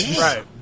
Right